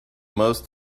most